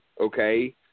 okay